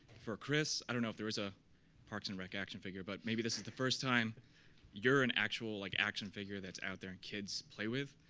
for chris, i don't know if there was a parks and rec action figure, but maybe this is the first time you're an actual like action figure that out there and kids play with.